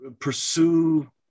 pursue